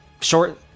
Short